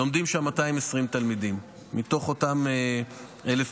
לומדים שם 220 תלמידים מתוך אותם 1,200,